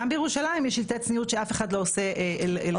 גם בירושלים יש שלטי צניעות שאף אחד לא עושה לגביהם דבר.